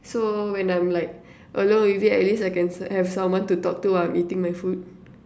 so when I'm like alone with it at least I can have someone to talk to while I'm eating my food